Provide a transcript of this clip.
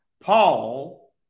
Paul